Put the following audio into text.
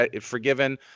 forgiven